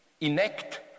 enact